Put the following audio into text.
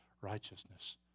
righteousness